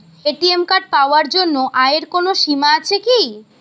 ATM card পাওয়ার জন্য আয়ের কোনো সীমা আছে কি?